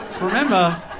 Remember